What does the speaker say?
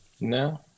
no